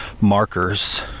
markers